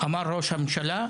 אמר ראש הממשלה,